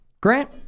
Grant